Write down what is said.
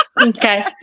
Okay